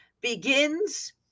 begins